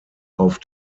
auf